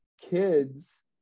kids